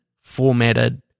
formatted